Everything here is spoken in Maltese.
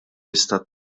istat